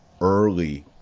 early